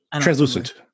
Translucent